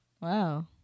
Wow